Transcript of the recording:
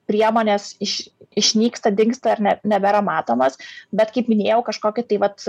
priemonės iš išnyksta dingsta ar ne nebėra matomos bet kaip minėjau kažkokia tai vat